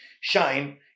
shine